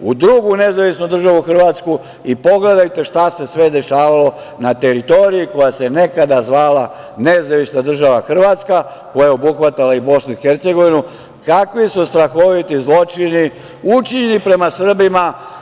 u drugu nezavisnu državu Hrvatsku i pogledajte šta se sve dešavalo na teritoriji koja se nekada zvala Nezavisna država Hrvatska, koja je obuhvatala i Bosnu i Hercegovinu, kakvi su strahoviti zločini učinjeni prema Srbima.